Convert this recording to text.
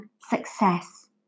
success